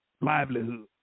livelihood